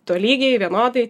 tolygiai vienodai